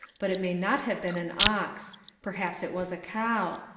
but it may not have been an ox perhaps it was a cow.